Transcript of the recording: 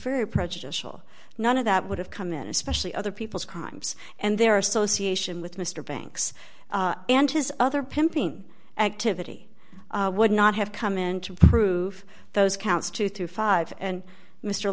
very prejudicial none of that would have come in especially other people's crimes and their association with mr banks and his other pimping activity would not have come in to prove those counts two through five and mr